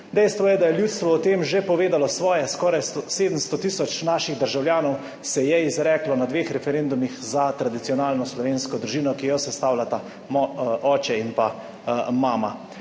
Dejstvo je, da je ljudstvo o tem že povedalo svoje. Skoraj 700 tisoč naših državljanov se je izreklo na dveh referendumih za tradicionalno slovensko družino, ki jo sestavljata oče in pa mama.